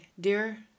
dear